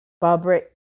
Barbara